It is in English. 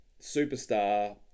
superstar